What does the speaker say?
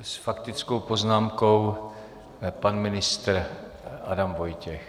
S faktickou poznámkou pan ministr Adam Vojtěch.